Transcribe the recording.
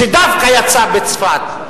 שדווקא יצא בצפת,